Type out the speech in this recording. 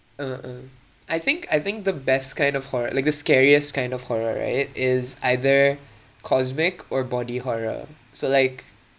ah ah I think I think the best kind of horror like the scariest kind of horror right is either cosmic or body horror so like